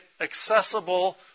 accessible